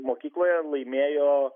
mokykloje laimėjo